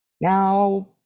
now